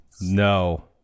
No